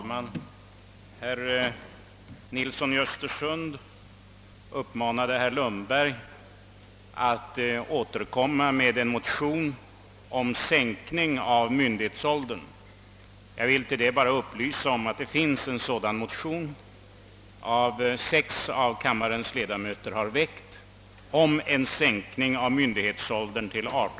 Herr talman! Herr Nilsson i Östersund uppmanade herr Lundberg att återkomma med en motion om sänkning av myndighetsåldern. Jag vill bara upplysa om att det redan nu finns en motion om sänkning av myndighetsåldern till 18 år, vilken väckts av sex ledamöter av denna kammare.